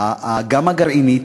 גם הגרעינית,